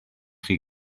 chi